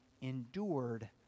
endured